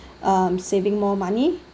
um saving more money